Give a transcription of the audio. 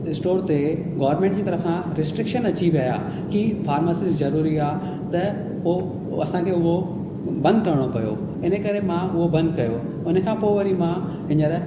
store ते government जे तरिफ़ां रेस्ट्रिक्शन अची वया कि फार्मसिस्ट ज़रूरी आहे त पोइ असां खे उहो बंद करिणो पयो इन करे मां उहो बंद कयो उन खां पोइ वरी मां हींअर